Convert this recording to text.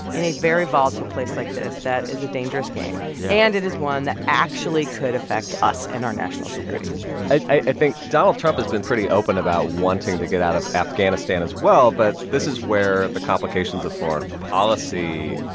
in a very volatile place like this, that is a dangerous game yeah and it is one that actually could affect us and our national security i think donald trump has been pretty open about wanting to get out of afghanistan, as well right but this is where the complications of foreign policy,